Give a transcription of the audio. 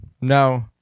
no